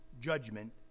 judgment